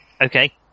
Okay